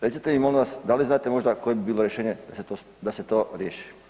Recite mi molim vas da li znate možda koje bi bilo rješenje da se to riješi?